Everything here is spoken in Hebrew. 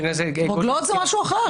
רוגלות זה משהו אחר.